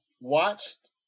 watched